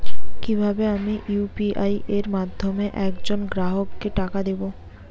কিভাবে আমি ইউ.পি.আই এর মাধ্যমে এক জন গ্রাহককে টাকা দেবো?